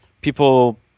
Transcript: people